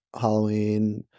halloween